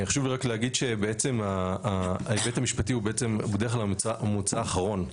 חשוב לי רק להגיד שבעצם ההיבט המשפט הוא בעצם בדרך כלל המוצא האחרון.